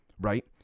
right